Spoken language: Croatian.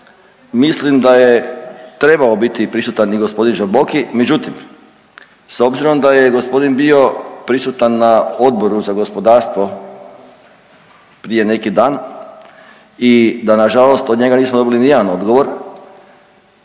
Mislim da je trebao biti prisutan i gospodin Žamboki, međutim s obzirom da je gospodin bio prisutan na Odboru za gospodarstvo prije neki dan i da na žalost od njega nismo dobili ni jedan odgovor